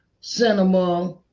cinema